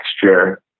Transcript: texture